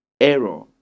Error